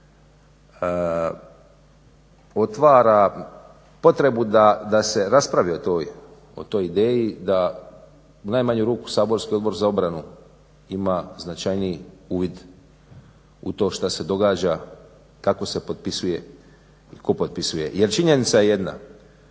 otvara potrebu da se raspravi o toj ideji, da u najmanju ruku saborski Odbor za obranu ima značajniji uvid u to što se događa, kako se potpisuje i tko potpisuje. Jer činjenica je jedna,